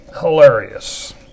hilarious